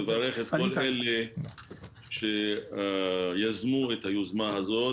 אני מברך את כל אלה שיזמו את היוזמה הזו.